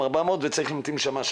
ל-5400* והוא צריך להמתין שעה-שעתיים,